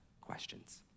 questions